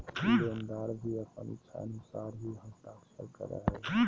लेनदार भी अपन इच्छानुसार ही हस्ताक्षर करा हइ